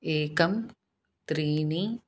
एकं त्रीणि